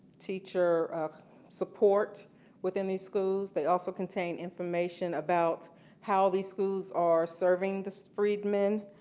teacher support within these schools. they also contain information about how these schools are serving the freedmen.